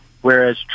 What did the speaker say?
whereas